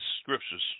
scriptures